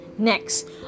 Next